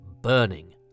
burning